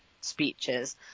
speeches